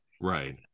Right